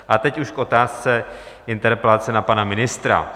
A teď už k otázce interpelace na pana ministra.